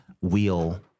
wheel